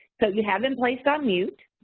so you have been placed on mute,